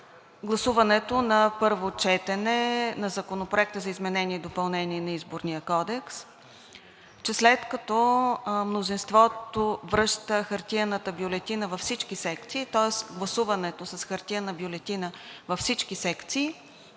гласуването на първо четене на Законопроекта за изменение и допълнение на Изборния кодекс, че след като мнозинството връща хартиената бюлетина във всички секции, тоест гласуването с хартиена бюлетина във всички секции,